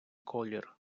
колір